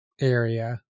area